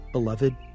Beloved